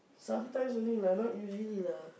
sometimes only lah not usually lah